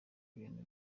ibindi